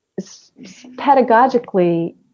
pedagogically